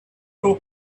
two